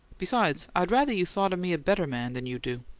besides, i'd rather you thought me a better man than you do.